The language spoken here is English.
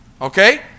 Okay